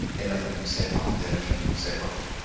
anything that was set up in the original setup here.